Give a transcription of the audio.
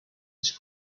his